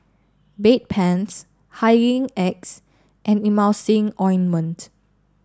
Bedpans Hygin X and Emulsying Ointment